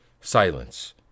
silence